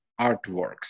artworks